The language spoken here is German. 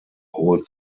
hohe